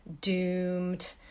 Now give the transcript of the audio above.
doomed